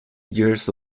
years